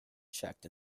checked